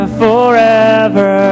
forever